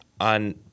on